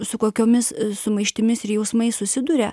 su kokiomis sumaištimis ir jausmais susiduria